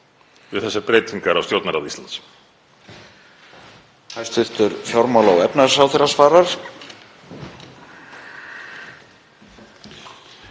við þessar breytingar á Stjórnarráði Íslands?